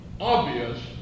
obvious